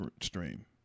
stream